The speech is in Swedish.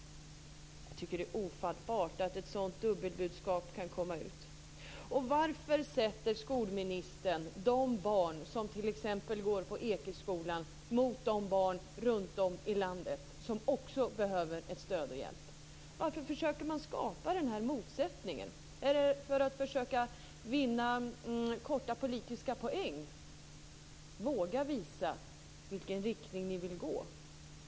Jag tycker att det är ofattbart att ett sådant dubbelt budskap kan komma ut. Varför sätter skolministern de barn som t.ex. går på Ekeskolan mot de barn runtom i landet som också behöver stöd och hjälp? Varför försöker man att skapa den motsättningen? Är det för att försöka vinna politiska poäng på kort sikt? Våga visa i vilken riktning ni vill gå!